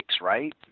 right